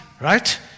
right